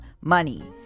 money